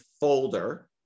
folder